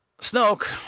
Snoke